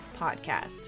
Podcast